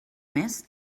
més